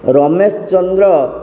Ramesh Chandra